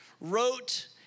wrote